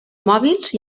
mòbils